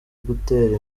gutera